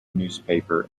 newspaper